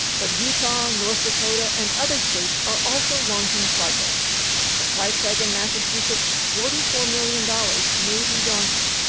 but utah, north dakota and other states are also launching projects the price tag in massachusetts, forty four million dollars, may be daunting,